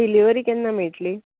delivery केन्ना मेळटली